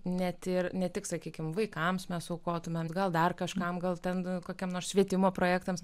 net ir ne tik sakykime vaikams mes aukotumėte gal dar kažkam gal ten kokiam nors švietimo projektams